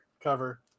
cover